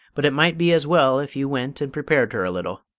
but it might be as well if you went and prepared her a little.